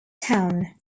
town